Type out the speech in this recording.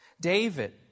David